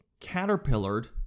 caterpillared